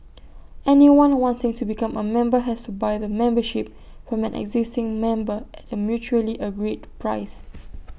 anyone wanting to become A member has to buy the membership from an existing member at A mutually agreed price